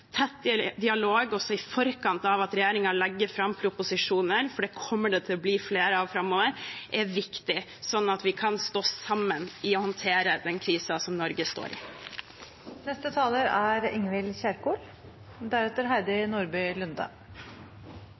dialog, også i forkant av at regjeringen legger fram proposisjoner – det kommer til å bli flere av dem framover – er viktig, slik at vi kan stå sammen i å håndtere den krisen Norge står i. Landet er